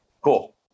Cool